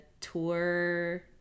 tour